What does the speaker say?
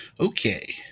okay